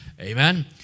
Amen